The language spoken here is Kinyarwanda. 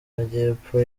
majyepfo